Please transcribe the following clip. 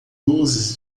luzes